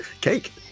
Cake